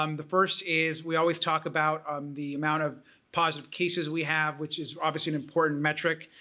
um the first is we always talk about the amount of positive cases we have which is obviously an important metric,